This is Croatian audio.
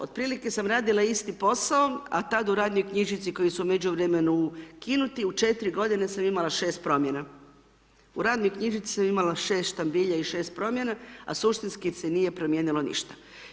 Otprilike sam radila isti posao, a tad u radnoj knjižici koju su u međuvremenu ukinuti, u 4 godine sam imala 6 promjena, u radnoj knjižici sam imala 6 štambilja i 6 promjena, a suštinski se nije promijenilo ništa.